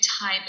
time